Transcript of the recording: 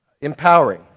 empowering